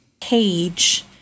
cage